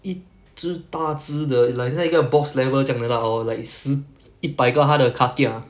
一只大只 like 好像一个 boss level 这样的 lah or like is 十一百个它的 kakia